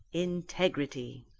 integrity.